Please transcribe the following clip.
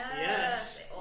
Yes